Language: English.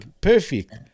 Perfect